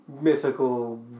mythical